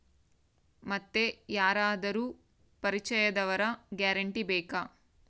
ಮತ್ತೆ ಯಾರಾದರೂ ಪರಿಚಯದವರ ಗ್ಯಾರಂಟಿ ಬೇಕಾ?